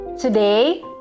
today